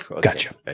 Gotcha